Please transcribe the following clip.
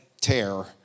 tear